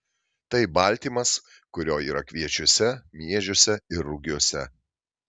tai baltymas kurio yra kviečiuose miežiuose ir rugiuose